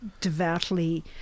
devoutly